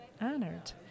honored